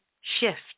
shift